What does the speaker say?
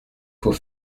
faut